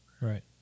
Right